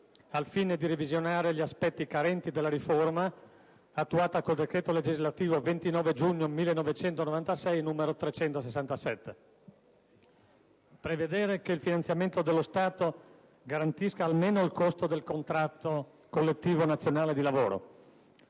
al fine di revisionare gli aspetti carenti della riforma attuata con il decreto legislativo n. 367 del 29 giugno 1996; prevedere che il finanziamento dello Stato garantisca almeno il costo del contratto collettivo nazionale di lavoro;